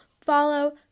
follow